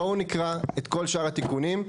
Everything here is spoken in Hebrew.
בואו נקרא את כל שאר התיקונים.